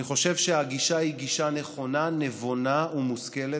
אני חושב שהגישה היא גישה נכונה, נבונה ומושכלת,